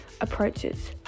approaches